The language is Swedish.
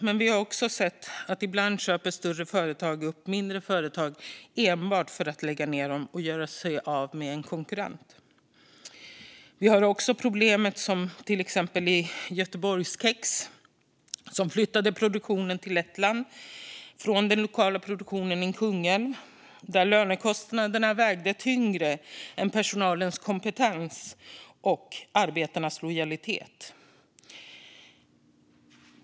Men vi har också sett att större företag ibland köper upp mindre företag enbart för att lägga ned dem och göra sig av med en konkurrent. Vi har också problemet som till exempel i fallet med Göteborgs Kex. Man flyttade produktionen till Lettland från den lokala produktionen i Kungälv. Då vägde lönekostnaderna tyngre än personalens kompetens och arbetarnas lojalitet.